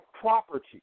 property